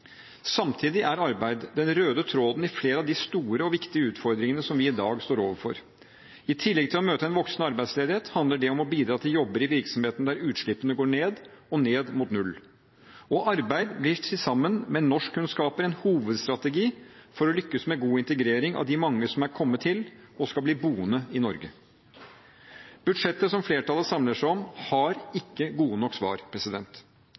Samtidig er arbeid den røde tråden i flere av de store og viktige utfordringene som vi i dag står overfor. I tillegg til å møte en voksende arbeidsledighet handler det om å bidra til jobber i virksomheter der utslippene går ned og ned mot null. Arbeid blir sammen med norskkunnskaper en hovedstrategi for å lykkes med god integrering av de mange som er kommet til og skal bli boende i Norge. Budsjettet som flertallet samler seg om, har ikke gode nok svar.